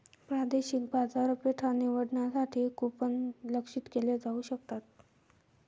प्रादेशिक बाजारपेठा निवडण्यासाठी कूपन लक्ष्यित केले जाऊ शकतात